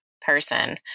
person